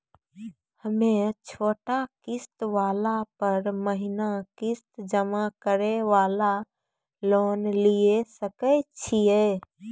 हम्मय छोटा किस्त वाला पर महीना किस्त जमा करे वाला लोन लिये सकय छियै?